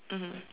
mmhmm